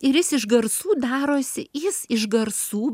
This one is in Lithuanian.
ir jis iš garsų darosi jis iš garsų